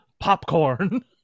Popcorn